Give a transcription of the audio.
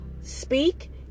speak